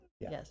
yes